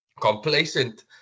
complacent